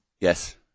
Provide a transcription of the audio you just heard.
Yes